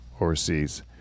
overseas